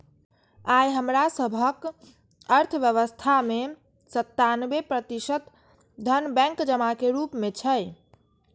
आइ हमरा सभक अर्थव्यवस्था मे सत्तानबे प्रतिशत धन बैंक जमा के रूप मे छै